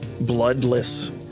bloodless